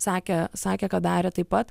sakė sakė ką darė taip pat